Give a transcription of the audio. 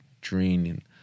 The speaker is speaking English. draining